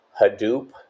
Hadoop